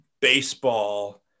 baseball